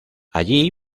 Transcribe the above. allí